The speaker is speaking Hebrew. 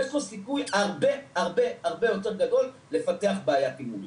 יש לו סיכוי הרבה יותר גדול לפתח בעיית הימורים.